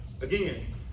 Again